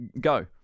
go